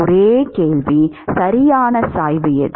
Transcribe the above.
ஒரே கேள்விசரியான சாய்வு எது